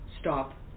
Stop